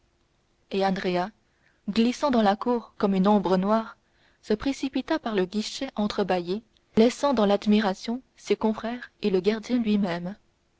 et andrea glissant dans la cour comme une ombre noire se précipita par le guichet entrebâillé laissant dans l'admiration ses confrères et le gardien lui-même